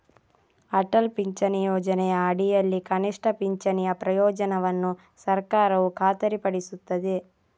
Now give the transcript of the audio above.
ಅಟಲ್ ಪಿಂಚಣಿ ಯೋಜನೆಯ ಅಡಿಯಲ್ಲಿ ಕನಿಷ್ಠ ಪಿಂಚಣಿಯ ಪ್ರಯೋಜನವನ್ನು ಸರ್ಕಾರವು ಖಾತರಿಪಡಿಸುತ್ತದೆ